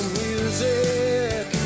music